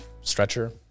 stretcher